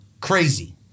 Crazy